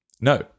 no